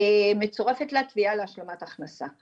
מצורפת לה תביעה להשלמת הכנסה,